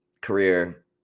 Career